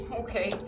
Okay